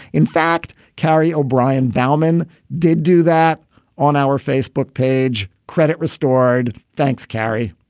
in fact, kerry o'brien bauman did do that on our facebook page credit restored. thanks, carrie.